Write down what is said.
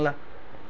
ହେଲା